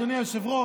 אדוני היושב-ראש,